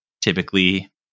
typically